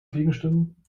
gegenstimmen